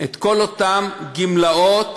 את כל אותן גמלאות